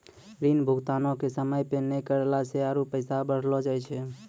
ऋण भुगतानो के समय पे नै करला से आरु पैसा बढ़लो जाय छै